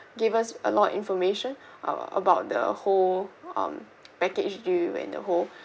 give us a lot of information uh about the whole um package deal and the whole